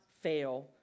fail